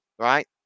Right